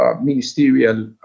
ministerial